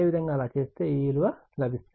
అదేవిధంగా అలా చేస్తే ఈ విలువ లభిస్తుంది